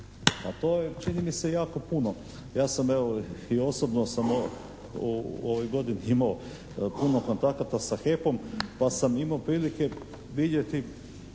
a to je čini mi se jako puno. Ja sam evo i osobno sam u ovoj godini imao puno kontakata sa HEP-om pa sam imao prilike vidjeti